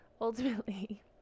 ultimately